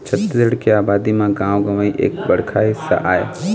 छत्तीसगढ़ के अबादी म गाँव गंवई एक बड़का हिस्सा आय